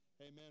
Amen